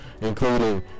including